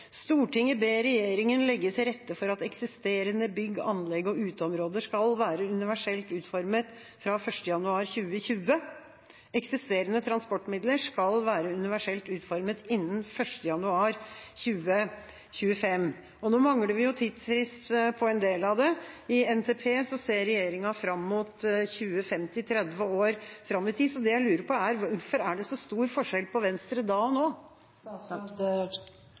ber regjeringen legge til rette for at eksisterende bygg, anlegg og uteområder skal være universelt utformet fra 1. januar 2020. Eksisterende transportmidler skal være universelt utformet innen 1. januar 2025.» Nå mangler vi jo tidsfrist for en del av det. I NTP ser regjeringa fram mot 2050 – 30 år fram i tid. Så det jeg lurer på, er: Hvorfor er det så stor forskjell på Venstre da og Venstre nå?